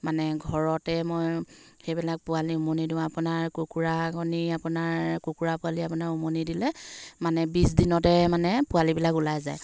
মানে ঘৰতে মই সেইবিলাক পোৱালি উমনি দিওঁ আপোনাৰ কুকুৰাকণী আপোনাৰ কুকুৰা পোৱালি আপোনাৰ উমনি দিলে মানে বিছ দিনতে মানে পোৱালিবিলাক ওলাই যায়